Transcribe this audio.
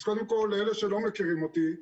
אז קודם כול, לאלה שלא מכירים אותי,